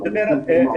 הוא דיבר על